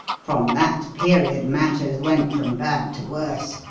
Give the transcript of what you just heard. from that period matters went from bad to worse.